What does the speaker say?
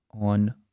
on